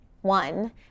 One